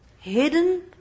Hidden